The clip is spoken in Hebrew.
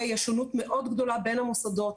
יש שונות מאוד גדולה בין המוסדות,